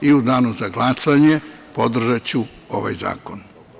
U danu za glasanje podržaću ovaj zakon.